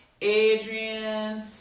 Adrian